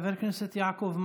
חבר הכנסת יעקב מרגי,